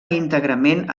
íntegrament